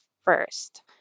first